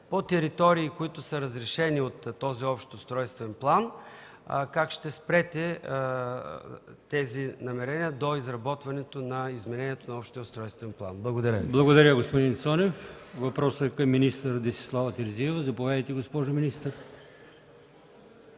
по територии, които са разрешени от този общ устройствен план, как ще спрете тези намерения до изработване на изменението на общия устройствен план? Благодаря Ви. ПРЕДСЕДАТЕЛ АЛИОСМАН ИМАМОВ: Благодаря, господин Цонев. Въпросът е към министър Десислава Терзиева. Заповядайте, госпожо министър.